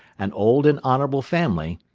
an old and honourable family,